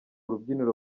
rubyiniro